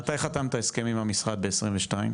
מתי חתמתם הסכמים עם המשרד ב-22?